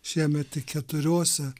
šiemet tik keturiose